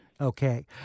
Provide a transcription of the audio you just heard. Okay